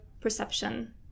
perception